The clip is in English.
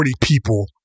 people